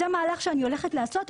אז זה מהלך אני הולכת לעשות.